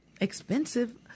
expensive